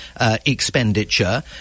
expenditure